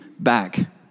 back